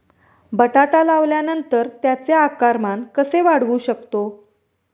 बटाटा लावल्यानंतर त्याचे आकारमान कसे वाढवू शकतो?